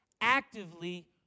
actively